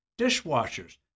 Dishwashers